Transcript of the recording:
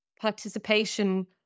participation